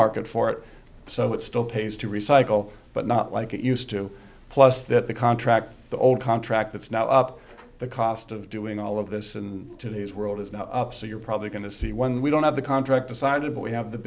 market for it so it still pays to recycle but not like it used to plus that the contract the old contract that's now up the cost of doing all of this and today's world is now up so you're probably going to see when we don't have the contract decided but we have the